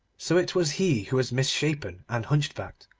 so it was he who was misshapen and hunchbacked,